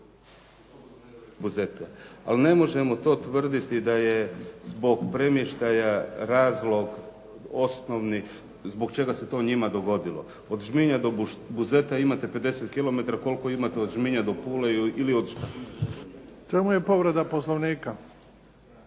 Buzeta. Ali ne možemo to tvrditi da je zbog premještaja razlog osnovni zbog čega se to njima dogodilo. Od Žminja do Buzeta imate 50 km, koliko imate od Žminja do Pule ili od… **Bebić, Luka (HDZ)** U čemu je povreda Poslovnika?